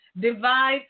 divide